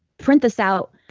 print this out,